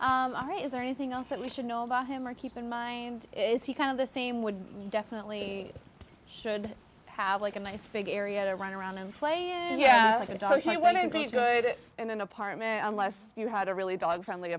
my is there anything else that we should know about him or keep in mind is he kind of the same would definitely should have like a nice big area to run around and play like a dog when in peace good in an apartment unless you had a really dog friendly